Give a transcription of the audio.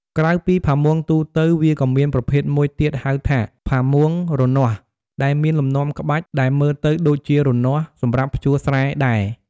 ក្រៅពីផាមួងទូទៅ វាក៏មានប្រភេទមួយទៀតហៅថា ផាមួងរនាស់ ដែលមានលំនាំក្បាច់ដែលមើលទៅដូចជា រនាស់ សម្រាប់ភ្ជួរស្រែដែរ។